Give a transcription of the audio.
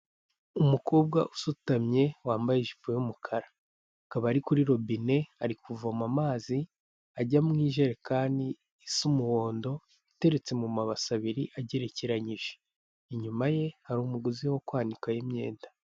Umukobwa usutamye wambaye ijipo y'umukara, akaba ari kuri robine ari kuvoma amazi ajya mu ijerekani isa umuhondo iteretse mu mabasi abiri agerekeranyije, inyuma ye hari umugozi wo kwanikaho imyenda.